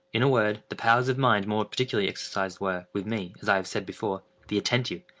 in a word, the powers of mind more particularly exercised were, with me, as i have said before, the attentive,